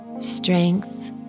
strength